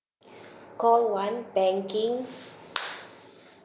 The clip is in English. call one banking